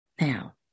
now